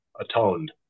atoned